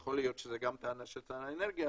יכול להיות שזו גם הטענה של שר האנרגיה,